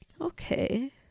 Okay